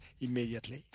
immediately